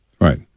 Right